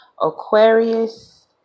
Aquarius